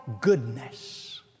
goodness